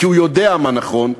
כי הוא יודע מה נכון,